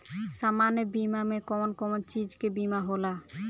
सामान्य बीमा में कवन कवन चीज के बीमा होला?